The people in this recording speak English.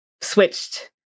switched